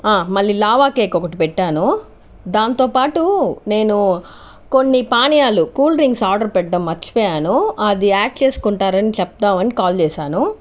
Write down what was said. మళ్ళీ lava cake ఒకటి పెట్టాను దాంతోపాటు నేను కొన్ని పానీయాలు కూల్ డ్రింక్స్ ఆర్డర్ పెట్టడం మర్చిపోయాను అది యాడ్ చేసుకుంటారని చెబుదామని కాల్ చేశాను